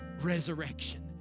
resurrection